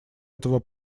этого